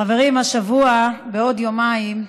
חברים, השבוע בעוד יומיים,